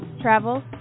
travel